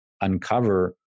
uncover